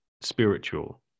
spiritual